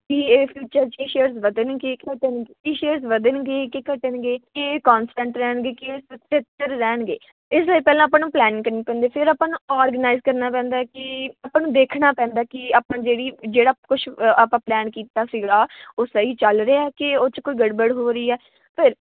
ਕੀ ਇਹ ਫਿਊਚਰ 'ਚ ਸ਼ੇਅਰਸ ਵਧਣਗੇ ਘਟਣਗੇ ਕੀ ਸ਼ੇਅਰਸ ਵਧਣਗੇ ਕਿ ਘਟਣਗੇ ਕੀ ਇਹ ਕੌਂਸਟੇਂਟ ਰਹਿਣਗੇ ਕੀ ਇਹ ਸਥਿਰ ਰਹਿਣਗੇ ਇਸ ਲਈ ਪਹਿਲਾਂ ਆਪਾਂ ਨੂੰ ਪਲੈਨਿੰਗ ਕਰਨੀ ਪੈਂਦੀ ਫਿਰ ਆਪਾਂ ਨੂੰ ਓਰਗਨਾਇਜ਼ ਕਰਨਾ ਪੈਂਦਾ ਹੈ ਕਿ ਆਪਾਂ ਨੂੰ ਦੇਖਣਾ ਪੈਂਦਾ ਕਿ ਆਪਾਂ ਜਿਹੜੀ ਜਿਹੜਾ ਕੁਛ ਅ ਆਪਾਂ ਪਲੈਨ ਕੀਤਾ ਸੀਗਾ ਉਹ ਸਹੀ ਚੱਲ ਰਿਹਾ ਕਿ ਉਹ 'ਚ ਕੋਈ ਗੜਬੜ ਹੋ ਰਹੀ ਹੈ ਫਿਰ